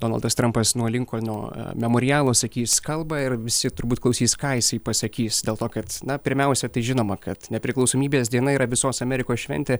donaldas trampas nuo linkolno memorialo sakys kalbą ir visi turbūt klausys ką jisai pasakys dėl to kad na pirmiausia tai žinoma kad nepriklausomybės diena yra visos amerikos šventė